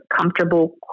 comfortable